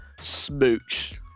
smooch